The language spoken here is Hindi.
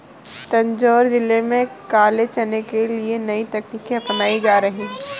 तंजौर जिले में काले चने के लिए नई तकनीकें अपनाई जा रही हैं